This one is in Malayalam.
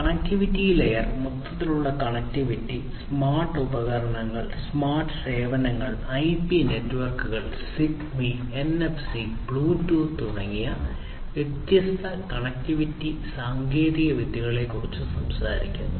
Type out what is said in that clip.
കണക്റ്റിവിറ്റി ലെയർ മൊത്തത്തിലുള്ള കണക്റ്റിവിറ്റി സ്മാർട്ട് ഉപകരണങ്ങൾ സ്മാർട്ട് സേവനങ്ങൾ ഐപി നെറ്റ്വർക്കുകൾ സിഗ്ബീ എൻഎഫ്സി ബ്ലൂടൂത്ത് തുടങ്ങിയ വ്യത്യസ്ത കണക്റ്റിവിറ്റി സാങ്കേതികവിദ്യകളെക്കുറിച്ച് സംസാരിക്കുന്നു